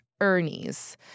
Ernie's